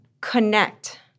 connect